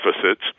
deficits